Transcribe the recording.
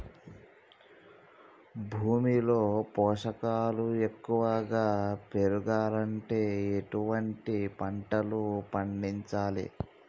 భూమిలో పోషకాలు ఎక్కువగా పెరగాలంటే ఎటువంటి పంటలు పండించాలే?